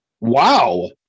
Wow